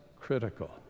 critical